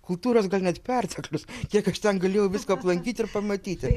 kultūros gal net perteklius kiek aš ten galėjau visko aplankyti ir pamatyti